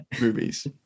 movies